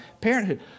parenthood